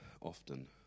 often